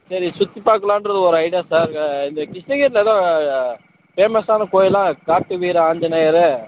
சரி சுற்றி பார்க்கலான்றது ஒரு ஐடியா சார் ஆ இந்த கிருஷ்ணகிரியில் எதுவும் ஃபேமெஸ்ஸான கோயிலாக காட்டு வீர ஆஞ்சினேயர்